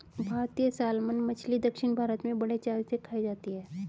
भारतीय सालमन मछली दक्षिण भारत में बड़े चाव से खाई जाती है